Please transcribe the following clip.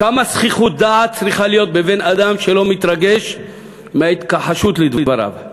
כמה זחיחות דעת צריכה להיות בבן-אדם שלא מתרגש מהתכחשות לדבריו,